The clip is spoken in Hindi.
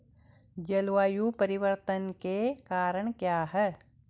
जलवायु परिवर्तन के कारण क्या क्या हैं?